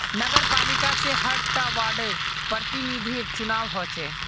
नगरपालिका से हर टा वार्डर प्रतिनिधिर चुनाव होचे